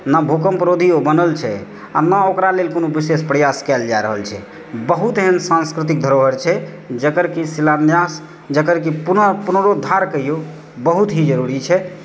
ने भूकम्परोधी ओ बनल छै आओर ने ओकरा लेल कोनो विशेष प्रयास कयल जा रहल छै बहुत एहन सांस्कृतिक धरोहर छै जकर कि शिलान्यास जकर कि पुनः पुनरोद्धार कहियौ बहुत ही जरुरी छै